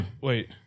wait